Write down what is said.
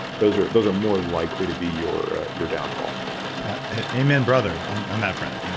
those are those are more likely to be your your downfalls amen brother on on that front.